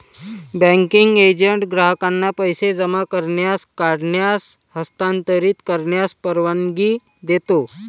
banking agent ग्राहकांना पैसे जमा करण्यास, काढण्यास, हस्तांतरित करण्यास परवानगी देतो